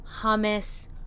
hummus